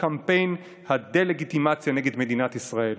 קמפיין הדה-לגיטימציה נגד מדינת ישראל.